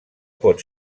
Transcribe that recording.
pot